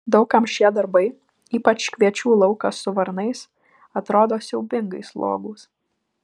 daug kam šie darbai ypač kviečių laukas su varnais atrodo siaubingai slogūs